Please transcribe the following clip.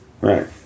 Right